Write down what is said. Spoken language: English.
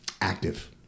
active